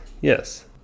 Yes